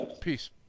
Peace